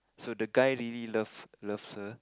so the guy really loves loves her